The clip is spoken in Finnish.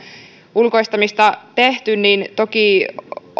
ulkoistamista tehty toki